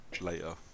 later